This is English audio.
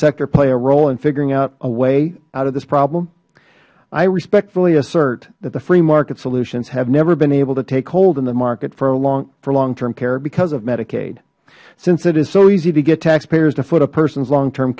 sector play a role in figuring out a way out of this problem i respectfully assert that the free market solutions have never been able to take hold in the market for long term care because of medicaid since it is so easy to get taxpayers to foot a persons long term